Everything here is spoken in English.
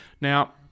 Now